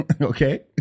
Okay